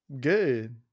Good